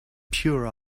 pure